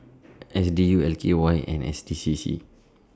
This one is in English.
S D U L K Y and M S D C C